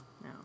No